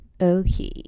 Okay